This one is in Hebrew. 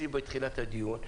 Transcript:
בתחילת הדיון,